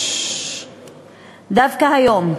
דווקא היום,